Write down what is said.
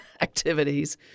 activities